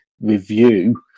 review